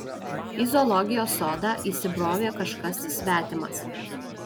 į zoologijos sodą įsibrovė kažkas svetimas